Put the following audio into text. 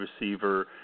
receiver